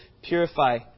Purify